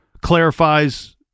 clarifies